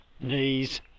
knees